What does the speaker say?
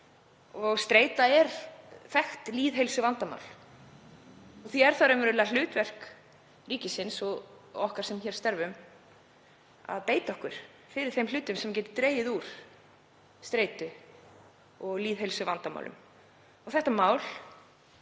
Streita er þekkt lýðheilsuvandamál. Því er það raunverulega hlutverk ríkisins og okkar sem hér störfum að beita okkur fyrir þeim hlutum sem geta dregið úr streitu og lýðheilsuvandamálum. Þetta mál